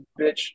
bitch